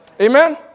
Amen